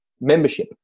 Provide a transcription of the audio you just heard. membership